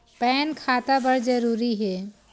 Pan खाता बर जरूरी हे?